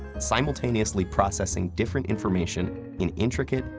simultaneously processing different information in intricate,